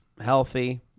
healthy